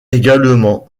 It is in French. également